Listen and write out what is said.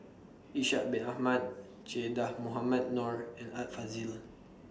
Ishak Bin Ahmad Che Dah Mohamed Noor and Art Fazil